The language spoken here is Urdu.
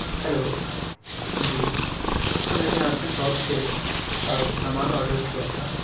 ہلو جی ہاں میں نے آپ کے ساپ سے سامان آرڈر کیا تھا